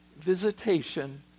visitation